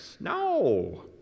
No